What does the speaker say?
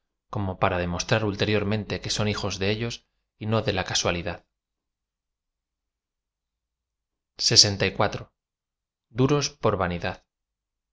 como para demostrar ulteriormente que aon hijos de ellos y no de la casualidad duros por vanidad